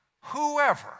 whoever